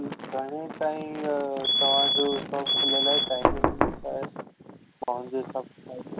घणे ताईं तव्हांजो शॉप खुलियल आहे टाईमिंग छा आहे तव्हांजे शॉप जी